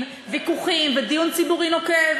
הדין ודברים במקום אחר.